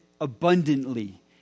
abundantly